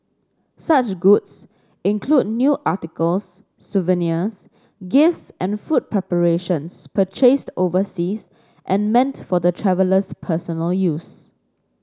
such goods include new articles souvenirs gifts and food preparations purchased overseas and meant for the traveller's personal use